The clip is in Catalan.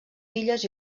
filles